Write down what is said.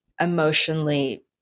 emotionally